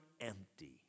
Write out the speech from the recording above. empty